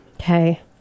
Okay